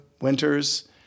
winters